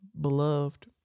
beloved